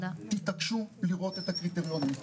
תתעקשו לראות את הקריטריונים.